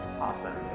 awesome